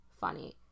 funny